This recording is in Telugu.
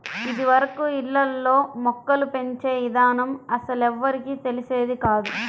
ఇదివరకు ఇళ్ళల్లో మొక్కలు పెంచే ఇదానం అస్సలెవ్వరికీ తెలిసేది కాదు